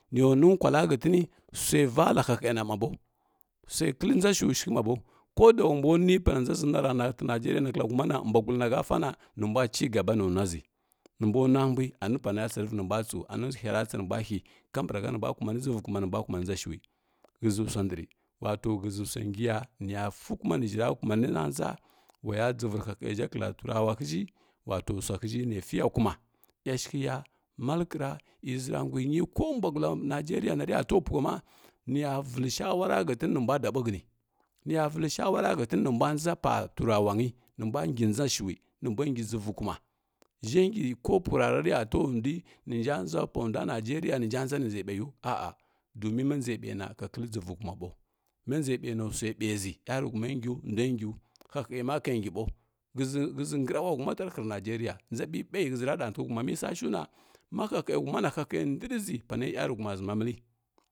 Nə ya nwa nkwalla hətən swai valla hahəma mabo, swai kəllə ndʒa shəu səghə mabo ko da wo bwa nwi pana ndʒa ʒəna rana tə nigəria na bwa gull na ha fa na nə mbwa cigaba nə nwa ʒyna’ mbw nwa mbwai anə pa na va tsərə vi nə mbwa tsəu ana hyara tsə nə mbwa hy kaɓarka nə mbwa kuma nə dʒəvoi kuma na mbwa nə mbwa kumanin ndʒa shwi həʒʒə swa ndəghə wato həʒa swai ngi ya nə ya fi kuma ng ya məllə ta ndʒa nə ya wa ya dʒəvoi rə ha hə həʒhi wato swa həʒhi nə fiya kuna yashəghə ya mallə kəra, iy ʒəra ngwing ko nigəria na və ya tawo pughə ma nə ya vəllə shawara hələn nə mbwa dabai həny nə ya vəllə shwa hətən nə mbwa ndʒa pa nga turawa ng nə mbwa ngi ndʒa shəwi nə mbwi ndi bʒəva kuma ʒhən ngi ko pu ra ra təghə tawa ndwi nə nja ndʒa pu ndwa nigəria nə nja ndʒa nə ndʒai mbəru a ah ɗomin ma ndʒai ka kəllə dʒəvoi kuma ɓaw ma ndʒai ɓai na swai ɓai ʒəi yarəghəuma ngəu ndwai ngəu hahə ma kə ngi ɓaw həʒə həʒə ra ɗəgha ntəghə huma tarəhə ri nigəria ndʒa ɓai- ɓaiy ra dəgha ntəgha huma na hahəghə dəghərə ʒi panə yarəghʒhə ma ʒə ma məllə.